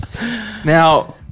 Now